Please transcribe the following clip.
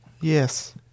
Yes